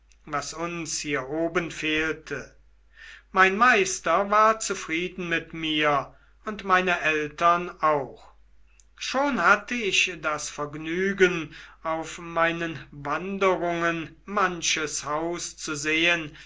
was uns hier oben fehlte mein meister war zufrieden mit mir und meine eltern auch schon hatte ich das vergnügen auf meinen wanderungen manches haus zu sehen